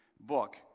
book